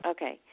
Okay